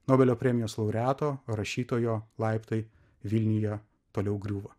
nobelio premijos laureato rašytojo laiptai vilniuje toliau griūva